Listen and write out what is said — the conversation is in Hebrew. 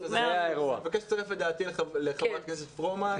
אני מבקש לצרף את דעתי לח"כ פרומן.